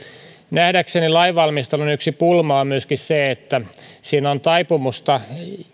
nähdäkseni lainvalmistelun yksi pulma on myöskin se että siinä on taipumusta